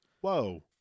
Whoa